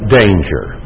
danger